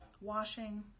Washing